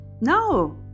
no